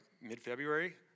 mid-February